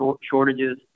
shortages